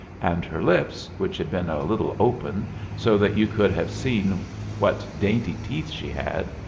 and her lips, which had been a little open so that you could have seen what dainty teeth she had,